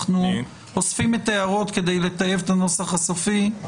אנחנו אוספים את ההערות כדי לטייב את הנוסח הסופי.